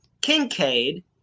Kincaid